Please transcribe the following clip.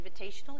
invitational